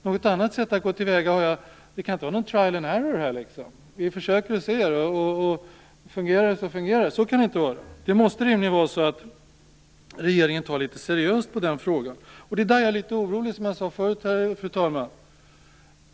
Något annat sätt att gå till väga kan jag inte tänka mig. Det kan inte vara fråga om trial and error. Man kan inte försöka och se om det fungerar. Regeringen måste rimligen ta seriöst på den här frågan. Som jag sade förut är jag litet orolig, fru talman.